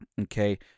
Okay